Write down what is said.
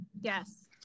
yes